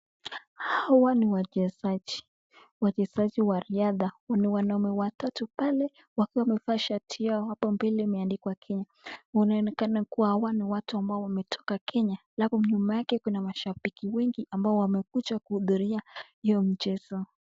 Hawa ni wachezaji, wachezaji wa riadha, ni wanaume watatu pale wakiwa wamevaa shati yao hapo mbele imeandikwa Kenya. Wanaonekana kuwa hawa ni watu ambao wametoka Kenya, halafu nyuma yake kuna mashabiki wengi ambao wamekuja kuhudhuria hiyo mchezo.